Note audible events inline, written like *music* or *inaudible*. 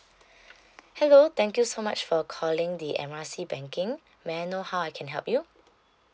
*breath* hello thank you so much for calling the M R C banking may I know how I can help you